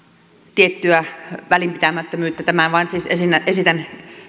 tiettyä välinpitämättömyyttä tämän vain siis esitän